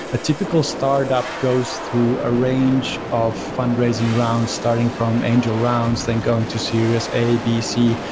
a typical startup goes through a range of fundraising round starting from angel rounds, then going to series, a, b, c.